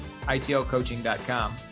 itlcoaching.com